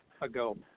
ago